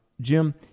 Jim